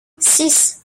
six